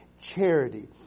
charity